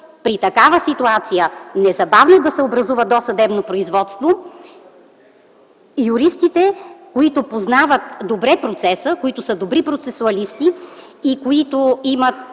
при такава ситуация незабавно да се образува досъдебно производство? Юристите, които познават добре процеса, които са добри професионалисти и които имат